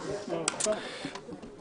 אני קובע שהקדמת הדיון